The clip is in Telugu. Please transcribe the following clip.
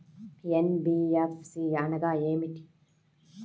ఎన్.బీ.ఎఫ్.సి అనగా ఏమిటీ?